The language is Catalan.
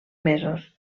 mesos